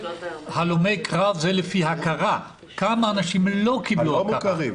הלומי קרב זה לפי הכרה, כמה אנשים לא קיבלו הכרה.